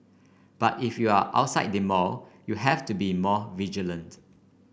but if you are outside the mall you have to be more vigilant